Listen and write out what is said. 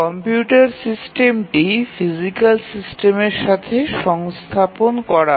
computer সিস্টেমটি physical সিস্টেমের মধ্যে সংস্থাপন করা হয়